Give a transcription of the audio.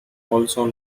also